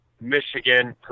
Michigan